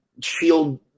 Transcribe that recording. shield